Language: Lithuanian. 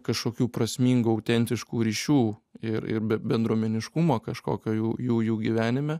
kažkokių prasmingų autentiškų ryšių ir ir be bendruomeniškumo kažkokio jų jų jų gyvenime